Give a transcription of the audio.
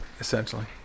essentially